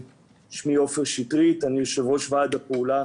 שמי עופר שטרית, אני יושב ראש ועד הפעולה